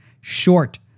short